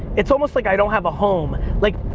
it's almost like i don't have a home. like,